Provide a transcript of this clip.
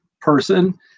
person